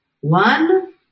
one